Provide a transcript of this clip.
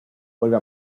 vuelve